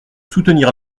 soutenir